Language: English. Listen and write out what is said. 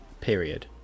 period